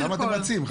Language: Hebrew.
למה אתם רצים?